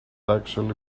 actually